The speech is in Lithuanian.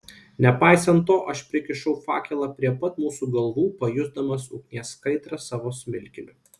nepaisant to aš prikišau fakelą prie pat mūsų galvų pajusdamas ugnies kaitrą savo smilkiniu